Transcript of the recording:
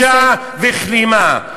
בושה וכלימה.